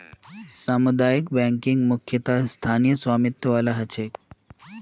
सामुदायिक बैंकिंग मुख्यतः स्थानीय स्वामित्य वाला ह छेक